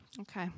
Okay